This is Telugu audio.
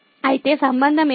అయితే సంబంధం ఏమిటి